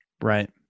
Right